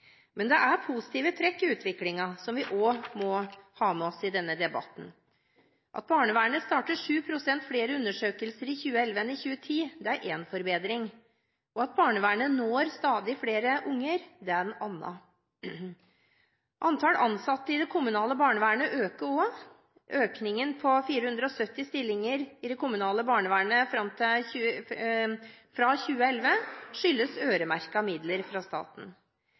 Det er positive trekk i utviklingen som vi også må ha med oss i denne debatten. At barnevernet startet 7 pst. flere undersøkelser i 2011 enn i 2010, er én forbedring, at barnevernet når stadig flere unger, er en annen. Antallet ansatte i det kommunale barnevernet øker også. Økningen på 470 stillinger i det kommunale barnevernet fra 2011 skyldes øremerkede midler fra staten.